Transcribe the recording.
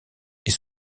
est